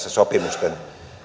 sopimusten